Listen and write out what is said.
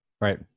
Right